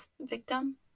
victim